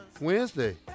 Wednesday